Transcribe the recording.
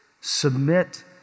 submit